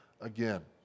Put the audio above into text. again